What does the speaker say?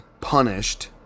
punished